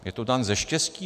Je to tam ze štěstí?